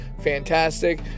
fantastic